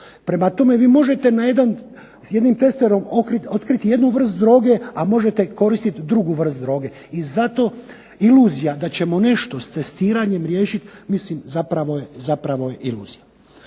Prema tome, vi možete s jednim testerom otkriti jednu vrst droge, a možete koristiti drugu vrst droge. I zato iluzija da ćemo nešto s testiranjem riješiti mislim zapravo je iluzija.